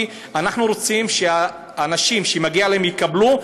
כי אנחנו רוצים שהאנשים שמגיע להם יקבלו,